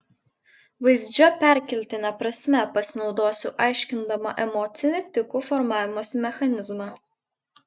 vaizdžia perkeltine prasme pasinaudosiu aiškindama emocinį tikų formavimosi mechanizmą